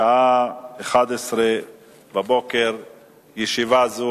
בשעה 11:00.